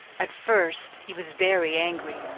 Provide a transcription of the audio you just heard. at first he was very angry,